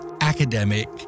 academic